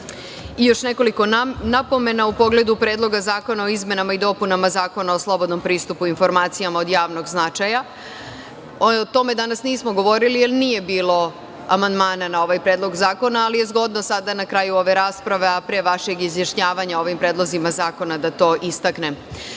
još nekoliko napomena u pogledu Predloga zakona o izmenama i dopunama Zakona o slobodnom pristupu informacijama od javnog značaja. O tome danas nismo govorili jer nije bilo amandmana na ovaj Predlog zakona, ali je zgodno sada, na kraju ove rasprave, a pre vašeg izjašnjavanja o ovim predlozima zakona, da to